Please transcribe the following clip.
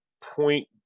point